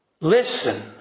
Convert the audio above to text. Listen